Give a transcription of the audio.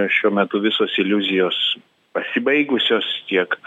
šiuo metu visos iliuzijos pasibaigusios tiek